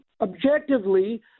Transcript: Objectively